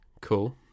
Cool